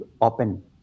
open